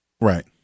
Right